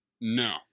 No